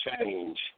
change